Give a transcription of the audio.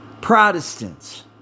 Protestants